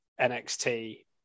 NXT